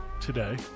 today